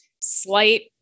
slight